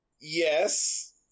Yes